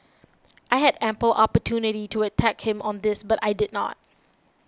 I had ample opportunity to attack him on this but I did not